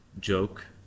joke